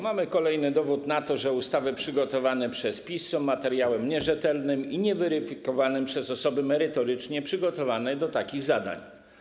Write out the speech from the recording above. Mamy kolejny dowód na to, że ustawy przygotowane przez PiS są materiałem nierzetelnym i nieweryfikowanym przez osoby merytorycznie przygotowane do takich zadań.